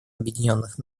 объединенных